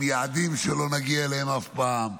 עם יעדים שלא נגיע אליהם אף פעם,